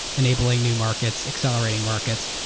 enabling new markets, accelerating markets,